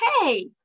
Hey